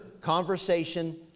conversation